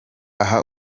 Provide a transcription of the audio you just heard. aha